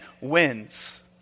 wins